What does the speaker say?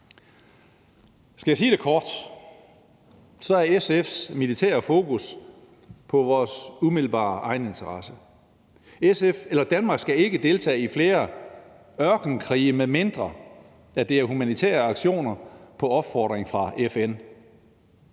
Skal jeg sige det kort, er SF's militære fokus på vores umiddelbare egeninteresser. Danmark skal ikke deltage i flere ørkenkrige, medmindre det er humanitære aktioner på opfordring fra FN.